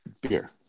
beer